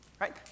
right